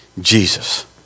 Jesus